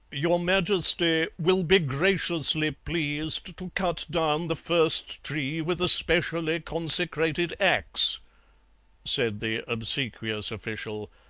your majesty will be graciously pleased to cut down the first tree with a specially consecrated axe said the obsequious official.